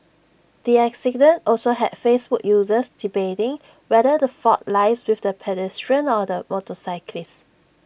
the accident also had Facebook users debating whether the fault lies with the pedestrian or the motorcyclist